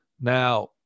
Now